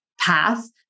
path